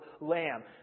lamb